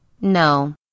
No